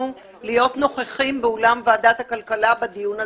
להיות נוכחים באולם ועדת הכלכלה בדיון הזה.